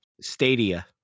Stadia